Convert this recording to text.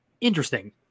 interesting